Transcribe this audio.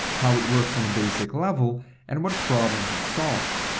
how it works on basic level and what problems it solves.